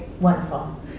wonderful